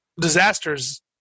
disasters